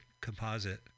composite